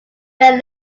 when